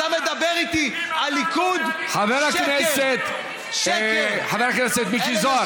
חבר הכנסת מאיר כהן.